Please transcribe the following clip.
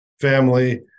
family